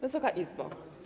Wysoka Izbo!